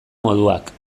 moduak